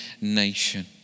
nation